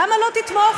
למה לא תתמוך?